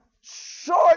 short